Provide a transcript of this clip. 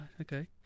Okay